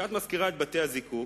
כשאת מזכירה את בתי-הזיקוק,